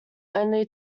only